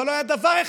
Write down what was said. אבל לא היה דבר אחד,